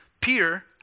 Peter